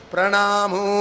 Pranamu